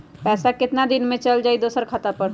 पैसा कितना दिन में चल जाई दुसर खाता पर?